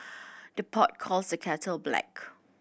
the pot calls the kettle black